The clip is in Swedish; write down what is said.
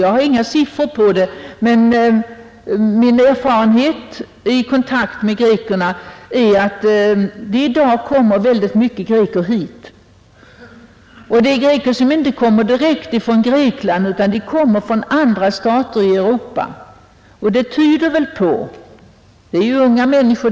Jag har inga siffror på hur stor den är, men erfarenheterna av mina kontakter med grekerna säger mig att det är fråga om ett mycket stort antal greker. Dessa greker kommer vidare inte direkt från Grekland utan från andra stater i Europa och är i allmänhet unga människor.